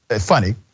funny